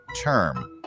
term